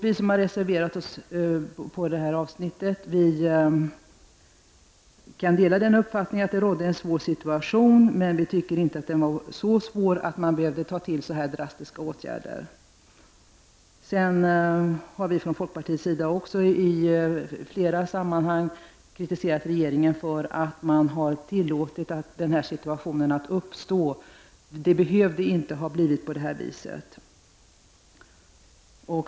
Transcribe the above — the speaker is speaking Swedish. Vi som har reserverat oss i detta avsnitt delar uppfattningen att situationen var besvärlig, men vi menar att den inte var så besvärlig att det var nödvändigt att ta till sådana drastiska åtgärder. Vi har från folkpartiets sida i flera sammanhang också kritiserat regeringen för att den tillät denna situation att uppstå. Det hade inte behövt bli på det här viset.